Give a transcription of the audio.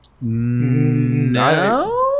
No